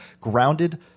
grounded